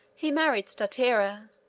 he married statira,